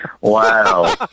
Wow